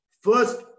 First